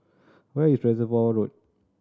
where is Reservoir Road